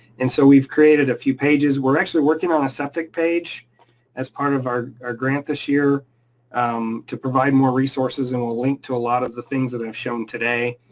and so we've created a few pages. we're actually working on a septic page as part of our our grant this year um to provide more resources and a link to a lot of the things that i've shown today.